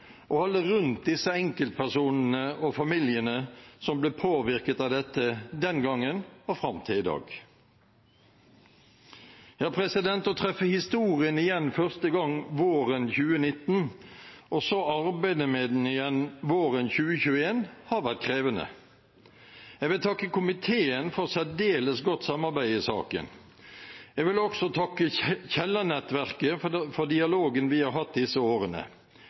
rundt disse enkeltpersonene og familiene som ble påvirket av dette den gangen og fram til i dag. Å treffe historien igjen første gang våren 2019 og så arbeide med den igjen våren 2021 har vært krevende. Jeg vil takke komiteen for særdeles godt samarbeid i saken. Jeg vil også takke Kielland-nettverket for dialogen vi har hatt disse årene.